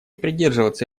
придерживаться